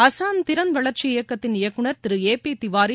அசாம் திறன்வளர்ச்சி இயக்கத்தின் இயக்குநர் திரு ஏ பி திவாரி